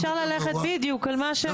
ואפשר ללכת על מה שמופיע בחוק.